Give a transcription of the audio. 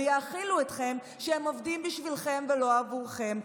ויאכילו אתכם שהם עובדים בשבילכם ולא עבורכם,